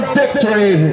victory